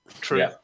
True